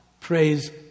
praise